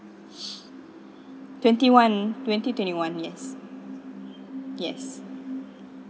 twenty one twenty twenty one yes yes